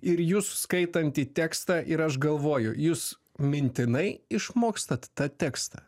ir jus skaitantį tekstą ir aš galvoju jūs mintinai išmokstat tą tekstą